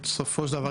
בסופו של דבר,